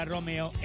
Romeo